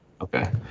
Okay